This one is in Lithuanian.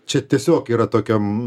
čia tiesiog yra tokiam